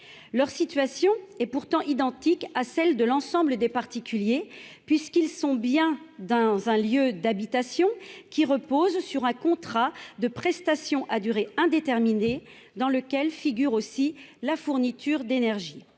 Leur situation est pourtant identique à celle de l'ensemble des particuliers, puisqu'ils résident dans un lieu d'habitation, selon un contrat de prestations à durée indéterminée, sur lequel figure aussi la fourniture d'énergie.